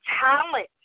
talent